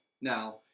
now